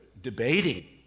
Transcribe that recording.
debating